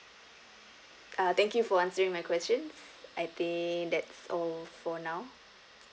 uh thank you for answering my questions I think that's all for now